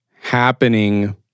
happening